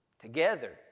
Together